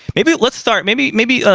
maybe let's start. maybe, maybe.